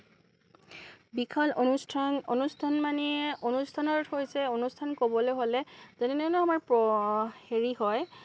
বিশাল অনুষ্ঠান অনুষ্ঠান মানে অনুষ্ঠানৰ হৈছে অনুষ্ঠান ক'বলৈ হ'লে যেনেধৰণৰ আমাৰ প হেৰি হয়